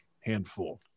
handful